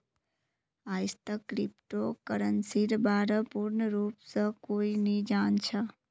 आईजतक क्रिप्टो करन्सीर बा र पूर्ण रूप स कोई भी नी जान छ